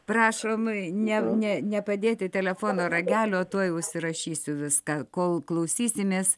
prašom ne ne nepadėti telefono ragelio tuoj užsirašysiu viską kol klausysimės